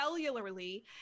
cellularly